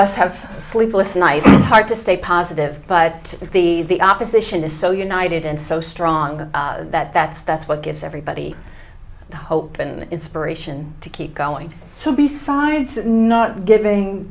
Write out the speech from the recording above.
us have sleepless nights it's hard to stay positive but if the opposition is so united and so strong that that's that's what gives everybody the hope and inspiration to keep going so besides not giving